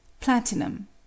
Platinum